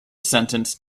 sentence